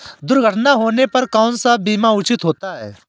दुर्घटना होने पर कौन सा बीमा उचित होता है?